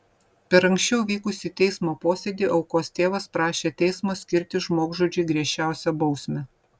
per anksčiau vykusį teismo posėdį aukos tėvas prašė teismo skirti žmogžudžiui griežčiausią bausmę